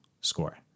score